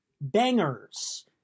bangers